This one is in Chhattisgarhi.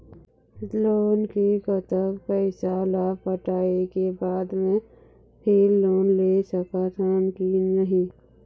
लोन के कतक पैसा ला पटाए के बाद मैं फिर लोन ले सकथन कि नहीं?